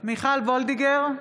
מיכל וולדיגר,